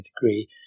degree